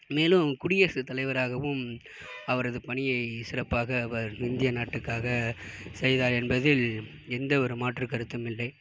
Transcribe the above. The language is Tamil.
மேலும் குடியரசு தலைவராகவும் அவரது பணியை சிறப்பாக அவர் இந்திய நாட்டுக்காக செய்தார் என்பதில் எந்த ஒரு மாற்று கருத்தும் இல்லை